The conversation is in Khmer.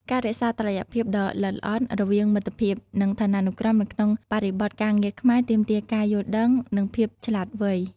ការរក្សាតុល្យភាពដ៏ល្អិតល្អន់រវាងមិត្តភាព និងឋានានុក្រមនៅក្នុងបរិបទការងារខ្មែរទាមទារការយល់ដឹង និងភាពឆ្លាតវៃ។